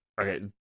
Okay